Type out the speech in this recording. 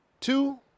Two